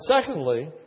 secondly